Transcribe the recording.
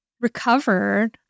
recovered